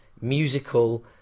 musical